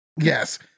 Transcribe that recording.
Yes